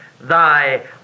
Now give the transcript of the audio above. thy